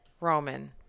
Roman